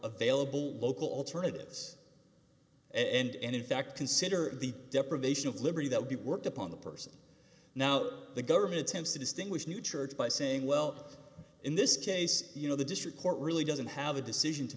available local alternatives and in fact consider the deprivation of liberty that would be worked upon the person now the government attempts to distinguish newchurch by saying well in this case you know the district court really doesn't have a decision to